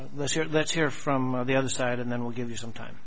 things let's hear let's hear from the other side and then we'll give you some time